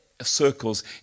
circles